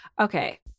Okay